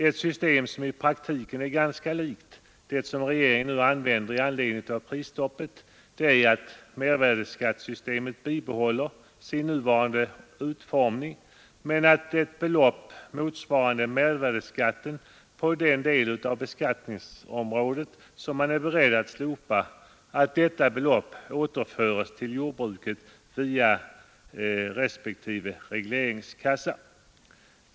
Ett system som i praktiken är ganska likt det som regeringen nu använder i anledning av prisstoppet är att mervärdeskattesystemet bibehåller sin nuvarande utformning men att ett belopp, motsvarande mervärdeskatten på den del av beskattningsområdet som man är beredd att slopa, återföres till jordbruket via respektive regleringskassa.